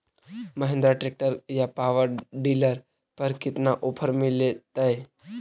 Mahindra tractor या power dealer पर कितना ओफर मीलेतय?